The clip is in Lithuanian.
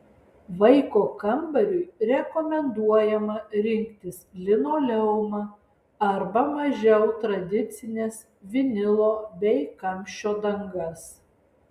vaiko kambariui rekomenduojama rinktis linoleumą arba mažiau tradicines vinilo bei kamščio dangas